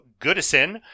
Goodison